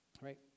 right